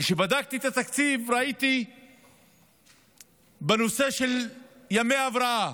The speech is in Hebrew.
כשבדקתי את התקציב, ראיתי בנושא של ימי הבראה,